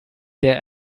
der